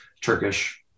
Turkish